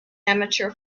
amateur